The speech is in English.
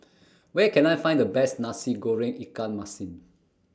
Where Can I Find The Best Nasi Goreng Ikan Masin